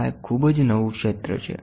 આ એક ખૂબ જ નવું ક્ષેત્ર છે